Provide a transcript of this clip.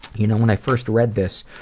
you know when i first read this,